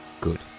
Good